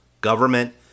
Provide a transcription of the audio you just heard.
government